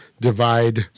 divide